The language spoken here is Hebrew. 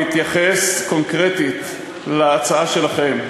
בהתייחס קונקרטית להצעה שלכם,